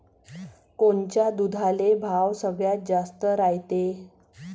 कोनच्या दुधाले भाव सगळ्यात जास्त रायते?